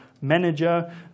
manager